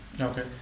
Okay